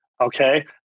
Okay